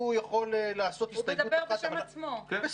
הוא יכול לעשות הסתייגות אחת --- הוא מדבר בשם עצמו.